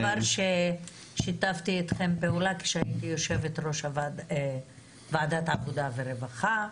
דבר ששיתפתי איתכם פעולה כשהייתי יושבת-ראש ועדת העבודה והרווחה,